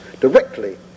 directly